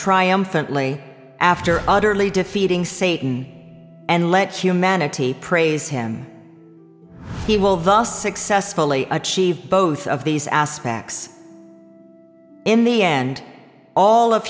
triumphantly after utterly defeating satan and let humanity praise him he will thus successfully achieve both of these aspects in the end all of